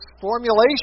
formulation